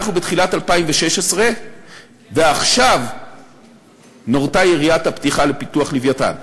אנחנו בתחילת 2016 ועכשיו נורתה יריית הפתיחה לפיתוח "לווייתן".